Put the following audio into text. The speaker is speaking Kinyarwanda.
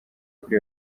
kuri